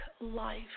life